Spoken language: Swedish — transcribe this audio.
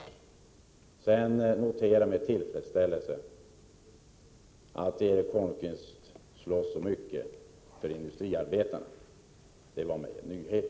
Jag noterar vidare med tillfredsställelse att Erik Holmkvist slåss så hårt för industriarbetarna. Detta var för mig en nyhet.